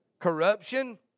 Corruption